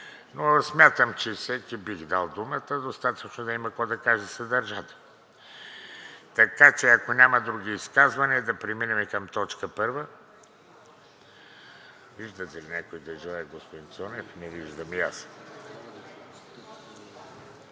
Но смятам, че на всеки бих дал думата, достатъчно е да има какво да каже съдържателно. Ако няма други изказвания, да преминем към точка първа. Виждате ли някой да желае, господин Цонев? Не виждам и аз.